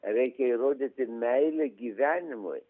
reikia įrodyti meilę gyvenimui